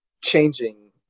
changing